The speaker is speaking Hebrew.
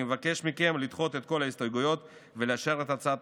אני מבקש מכם לדחות את כל ההסתייגויות ולאשר את הצעת